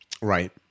Right